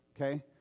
okay